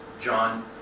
John